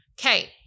Okay